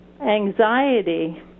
Anxiety